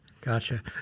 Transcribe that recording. Gotcha